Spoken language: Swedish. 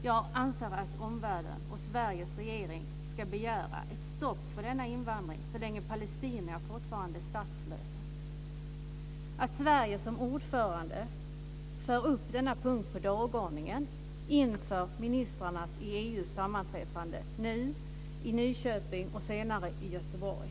Jag anser att omvärlden och Sveriges regering ska begära ett stopp för denna invandring så länge palestinier fortfarande är statslösa och att Sverige som ordförande ska föra upp denna punkt på dagordningen inför ministrarnas i EU sammanträffande nu i Nyköping och senare i Göteborg.